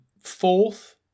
Fourth